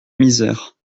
misère